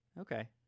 okay